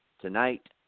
tonight